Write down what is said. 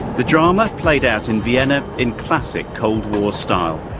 the drama, played out in vienna, in classic cold war style.